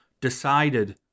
decided